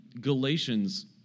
Galatians